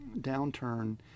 downturn